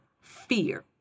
fear